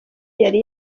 yari